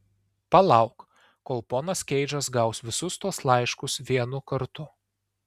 palauk kol ponas keidžas gaus visus tuos laiškus vienu kartu